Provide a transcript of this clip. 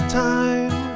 time